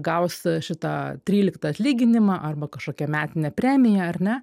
gaus šitą tryliktą atlyginimą arba kažkokią metinę premiją ar ne